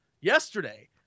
yesterday